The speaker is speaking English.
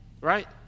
Right